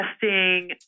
testing